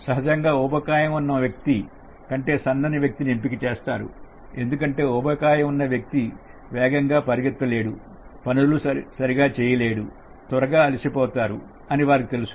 సహజంగా ఊబకాయం ఉన్న వ్యక్తి కంటే సన్నటి వ్యక్తిని ఎంపిక చేస్తారు ఎందుకంటే ఊబకాయం ఉన్న వ్యక్తి వేగంగా పరిగెత్తే లేడు పనులు చేయలేదు త్వరగా అలసిపోతారు అని వారికి తెలుసు